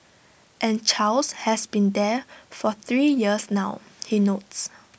and Charles has been there for three years now he notes